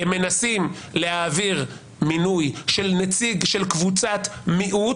הם מנסים להעביר מינוי של נציג של קבוצת מיעוט,